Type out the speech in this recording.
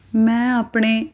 ਮੈਂ ਆਪਣੇ